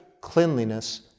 cleanliness